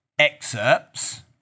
excerpts